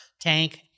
tank